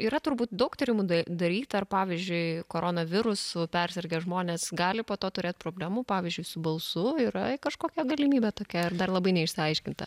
yra turbūt daug tyrimų da daryta ar pavyzdžiui koronavirusu persirgę žmonės gali po to turėt problemų pavyzdžiui su balsu yra kažkokia galimybė tokia ir dar labai neišsiaiškinta